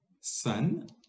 Sun